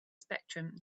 spectrum